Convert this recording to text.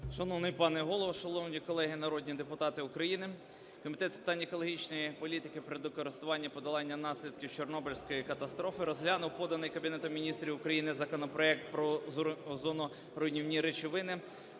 Шановний пане Голово, шановні колеги народні депутати України, Комітет з питань екологічної політики, природокористування, подолання наслідків Чорнобильської катастрофи розглянув поданий Кабінетом Міністрів України законопроект про озоноруйнівні речовини